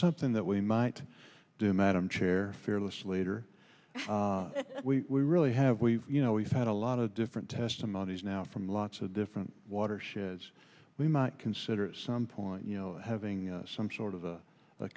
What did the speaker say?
something that we might do madam chair fearless leader we really have we you know we've had a lot of different testimonies now from lots of different watersheds we might consider at some point you know having some sort of